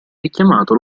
richiamato